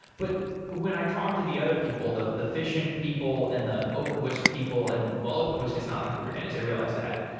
but when i talk to the other people, the the fission people and the openwhisk people and well, openwhisk is not on kubernetes, i realize that,